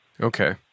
Okay